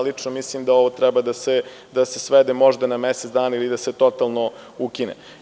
Lično mislim da ovo treba da se svede možda na mesec dana ili da se totalno ukine.